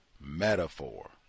metaphor